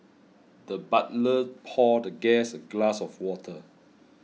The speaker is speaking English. the butler poured the guest a glass of water